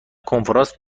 کنفرانس